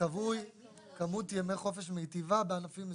קבוע ימי חופש מיטיבה בענפים מסוים.